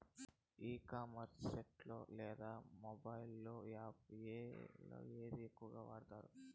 ఈ commerce site లో లేదా మొబైల్ యాప్ లో ఏది ఎక్కువగా వాడుతారు?